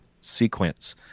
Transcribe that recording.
sequence